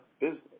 business